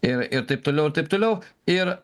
ir ir taip toliau ir taip toliau ir